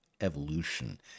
evolution